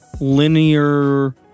Linear